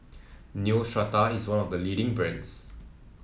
Neostrata is one of the leading brands